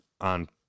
on